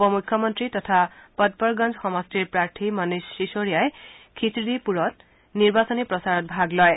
উপ মুখ্যমন্ত্ৰী তথা পদ পৰ গঞ্জ সমষ্টিৰ প্ৰাৰ্থী মনিয শিশোদিয়াই খী চদীপুৰত নিৰ্বাচনী প্ৰচাৰত ভাগ লয়